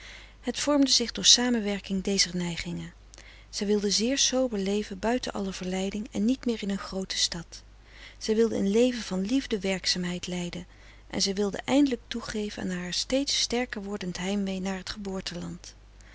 het vormde zich door samenwerking dezer neigingen zij wilde zeer sober leven buiten alle verleiding en niet meer in een groote stad zij wilde een leven van liefde werkzaamheid leiden en zij wilde eindelijk toegeven aan haar steeds sterker wordend heimwee naar t geboorteland